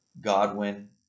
Godwin